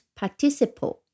participle